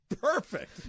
perfect